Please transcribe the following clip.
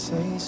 Say